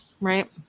right